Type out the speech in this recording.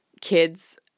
kids